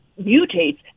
mutates